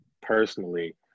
personally